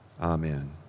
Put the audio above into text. amen